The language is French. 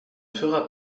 fera